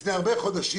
לפני הרבה חודשים,